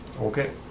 Okay